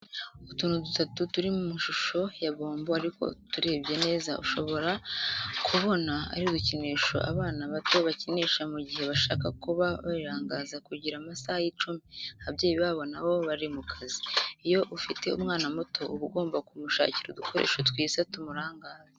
Utuntu dutatu turi mu ishusho ya bombo ariko uturebye neza ubona ko ari udukinisho abana bato bakinisha mu gihe bashaka kuba birangaza kugira amasaha yicume, ababyeyi babo nabo bari mu kazi. Iyo ufite umwana muto uba ugomba kumushakira udukoresho twiza tumurangaza.